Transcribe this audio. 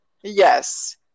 yes